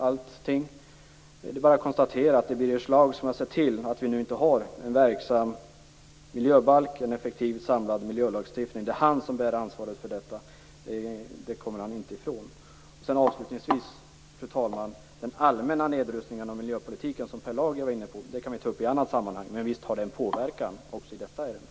Det är bara att konstatera att det är Birger Schlaug som har sett till att vi nu inte har en verksam miljöbalk och en effektiv och samlad miljölagstiftning. Det är han om bär ansvaret för detta. Det kommer han inte ifrån. Fru talman! Avslutningsvis vill jag säga att vi kan ta upp den allmänna nedrustningen av miljöpolitiken, som Per Lager talade om, i ett annat sammanhang. Men visst påverkar den även detta ärende.